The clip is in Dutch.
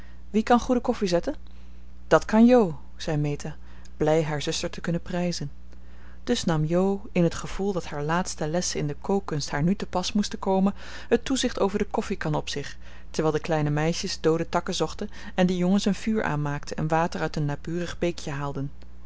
wie kan goede koffie zetten dat kan jo zei meta blij haar zuster te kunnen prijzen dus nam jo in het gevoel dat haar laatste lessen in de kookkunst haar nu te pas moesten komen het toezicht over de koffiekan op zich terwijl de kleine meisjes doode takken zochten en de jongens een vuur aanmaakten en water uit een naburig beekje haalden